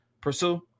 pursue